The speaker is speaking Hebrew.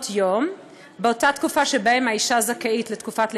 יום באותה תקופה שבה האישה זכאית לתקופת לידה,